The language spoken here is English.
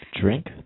Drink